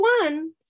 one